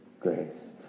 grace